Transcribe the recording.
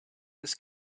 this